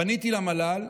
פניתי למל"ל,